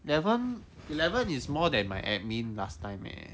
eleven eleven is more than my admin last time leh